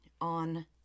on